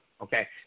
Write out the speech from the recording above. Okay